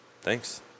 Thanks